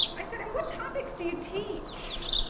i said, and what topics do you teach?